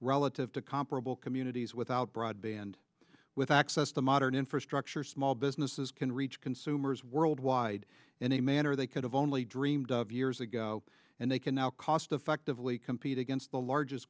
relative to comparable communities without broadband with access to modern infrastructure small businesses can reach consumers worldwide in a manner they could have only dreamed of years ago and they can now cost effectively compete against the largest